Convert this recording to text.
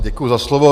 Děkuji za slovo.